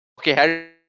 Okay